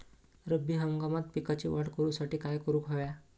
रब्बी हंगामात पिकांची वाढ करूसाठी काय करून हव्या?